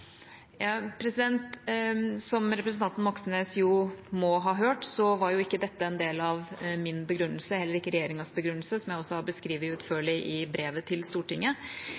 Som representanten Moxnes må ha hørt, var ikke dette en del av min og regjeringas begrunnelse, noe jeg også har beskrevet utførlig i brevet til Stortinget.